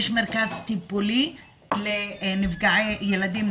יש מרכז טיפולי לנפגעי ילדים,